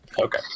Okay